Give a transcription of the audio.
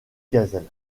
gazelle